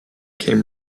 came